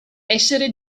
essere